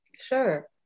Sure